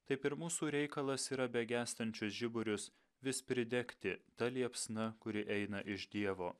taip ir mūsų reikalas yra begęstančius žiburius vis pridegti ta liepsna kuri eina iš dievo